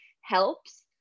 helps